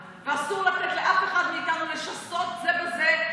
ואני יושבת שם שמונה שעות ביום לפחות.